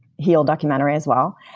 healdocumentary as well,